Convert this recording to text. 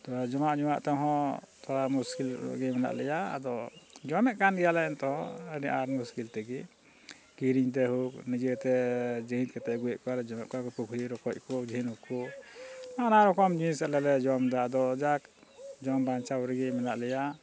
ᱛᱚᱵᱮ ᱡᱚᱢᱟᱜ ᱧᱩᱣᱟᱜ ᱛᱮᱦᱚᱸ ᱛᱷᱚᱲᱟ ᱢᱩᱥᱠᱤᱞᱜᱮ ᱢᱮᱱᱟᱜ ᱞᱮᱭᱟ ᱟᱫᱚ ᱡᱚᱢᱮᱫ ᱠᱟᱱ ᱜᱮᱭᱟᱞᱮ ᱮᱱᱛᱚᱦᱚᱸ ᱟᱨ ᱢᱩᱥᱠᱤᱞ ᱛᱮᱜᱮ ᱠᱤᱨᱤᱧ ᱛᱮᱦᱳᱠ ᱱᱤᱡᱮᱛᱮ ᱡᱮᱡᱽ ᱠᱟᱛᱮᱜ ᱟᱹᱜᱩᱭᱮᱫ ᱠᱚᱣᱟᱞᱮ ᱡᱚᱢᱮᱫ ᱠᱚᱣᱟ ᱜᱮᱠᱚ ᱯᱩᱠᱷᱨᱤ ᱨᱚᱠᱚᱡ ᱠᱚ ᱡᱷᱤᱱᱩᱠ ᱠᱚ ᱱᱟᱱᱟ ᱨᱚᱠᱚᱢ ᱡᱤᱱᱤᱥ ᱟᱞᱮᱞᱮ ᱡᱚᱢᱫᱟ ᱟᱫᱚ ᱡᱟᱠ ᱡᱚᱢ ᱵᱟᱧᱪᱟᱣ ᱨᱮᱜᱮ ᱢᱮᱱᱟᱜ ᱞᱮᱭᱟ